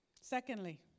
Secondly